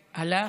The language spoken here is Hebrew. הלך,